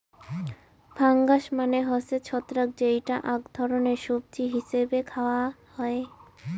fungus মানে হসে ছত্রাক যেইটা আক ধরণের সবজি হিছেবে খায়া হই